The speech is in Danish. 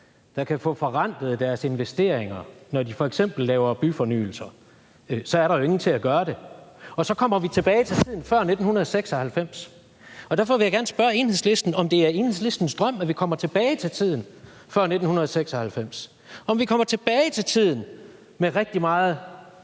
der kan få forrentet deres investeringer, når de f.eks. laver byfornyelse, er der jo ingen til at gøre det, og så kommer vi tilbage til tiden før 1996. Derfor vil jeg gerne spørge Enhedslisten, om det er Enhedslistens drøm, at vi kommer tilbage til tiden før 1996 – tilbage til tiden med rigtig meget